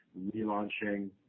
relaunching